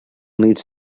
leads